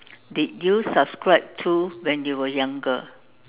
did you subscribe to when you were younger